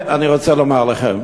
אני רוצה לומר לכם,